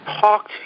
talked